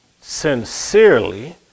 sincerely